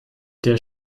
der